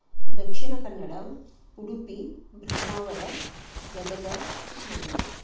Dakshina Kannada Udupi ब्रह्मावरा गदगा Chikkamagaluru